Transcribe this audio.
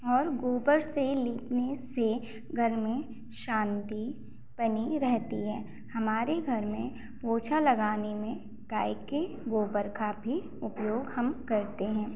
और गोबर से लीपने से घर में शांति बनी रहती है हमारे घर में पोछा लगाने में गाय के गोबर का भी उपयोग हम करते हैं